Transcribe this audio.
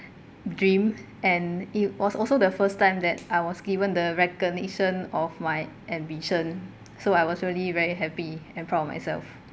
dream and it was also the first time that I was given the recognition of my ambition so I was really very happy and proud of myself